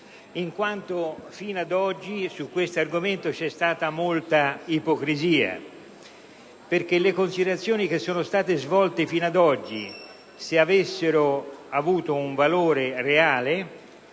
in quanto sino ad oggi su questo argomento vi è stata molta ipocrisia. Le considerazioni svolte fino ad oggi, se avessero avuto un valore reale,